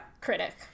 critic